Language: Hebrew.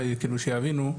כאילו שיבינו.